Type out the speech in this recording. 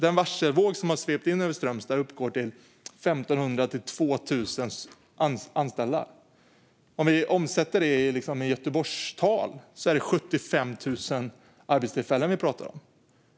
Den varselvåg som har svept in över Strömstad uppgår till 1 500-2 000 anställda. Om vi omsätter det till Göteborgstal är det 75 000 arbetstillfällen.